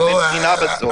גם אין בחינה בסוף.